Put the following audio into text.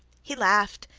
he laughed.